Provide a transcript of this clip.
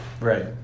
Right